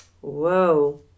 Whoa